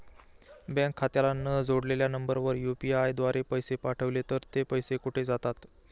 Bank खात्याला न जोडलेल्या नंबरवर यु.पी.आय द्वारे पैसे पाठवले तर ते पैसे कुठे जातात?